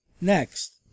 Next